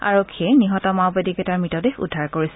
আৰক্ষীয়ে নিহত মাওবাদীকেইটাৰ মৃতদেহ উদ্ধাৰ কৰিছে